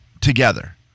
together